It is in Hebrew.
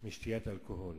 בשתיית אלכוהול,